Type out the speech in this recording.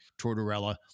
Tortorella